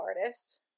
artist